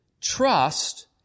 trust